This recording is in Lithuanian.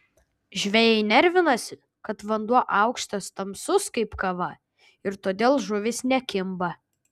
žvejai nervinasi kad vanduo aukštas tamsus kaip kava ir todėl žuvys nekimba